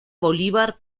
bolívar